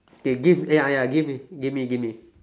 okay give ya ya give me give me give me